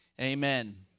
Amen